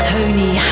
Tony